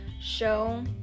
show